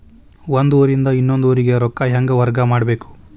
ಒಂದ್ ಊರಿಂದ ಇನ್ನೊಂದ ಊರಿಗೆ ರೊಕ್ಕಾ ಹೆಂಗ್ ವರ್ಗಾ ಮಾಡ್ಬೇಕು?